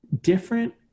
different